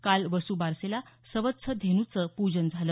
काल वसुबारसेला सवत्स धेनुच्या पूजन झालं